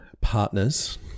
partners